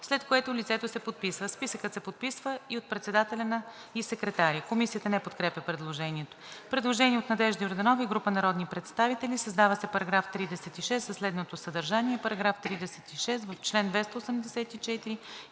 след което лицето се подписва. Списъкът се подписва и от председателя и секретаря.“ Комисията не подкрепя предложението. Предложение от Надежда Йорданова и група народни представители: Създава се § 36 със следното съдържание: „§ 36. В чл. 284,